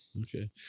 Okay